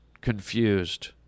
confused